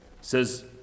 says